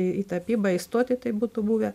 į tapybą įstoti tai būtų buvę